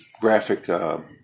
graphic